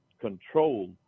control